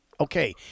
okay